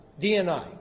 DNI